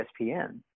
ESPN